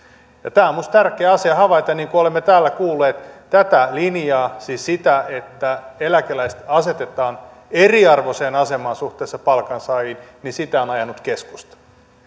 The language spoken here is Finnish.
tämä on minusta tärkeä asia havaita niin kuin olemme täällä kuullet tätä linjaa siis sitä että eläkeläiset asetetaan eriarvoiseen asemaan suhteessa palkansaajiin on ajanut keskusta